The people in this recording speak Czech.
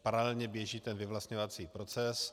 Paralelně běží ten vyvlastňovací proces.